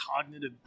cognitive